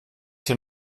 hier